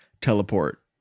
teleport